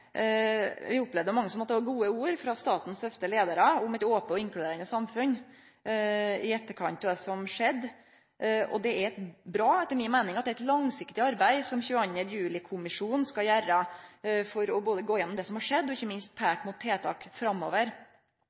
gode ord frå statens øvste leiarar om eit ope og inkluderande samfunn i etterkant av det som skjedde. Det er bra, etter mi meining, at 22. juli-kommisjonen skal gjere eit langsiktig arbeid for å gå gjennom det som har skjedd, og ikkje minst peike mot tiltak framover.